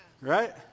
Right